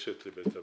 לגשת לבית המשפט.